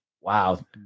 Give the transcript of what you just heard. wow